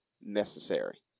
necessary